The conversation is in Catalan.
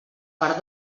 per